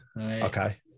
Okay